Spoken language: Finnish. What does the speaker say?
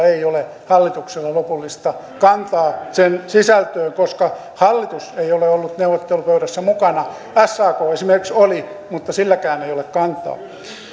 ei ole hallituksella lopullista kantaa sen sisältöön koska hallitus ei ole ollut neuvottelupöydässä mukana sak esimerkiksi oli mutta silläkään ei ole kantaa